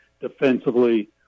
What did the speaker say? defensively